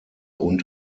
und